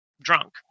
drunk